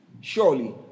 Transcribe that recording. Surely